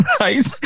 Right